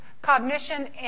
Cognition